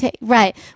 right